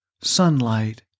sunlight